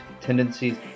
tendencies